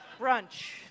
Brunch